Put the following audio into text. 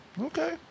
Okay